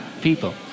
people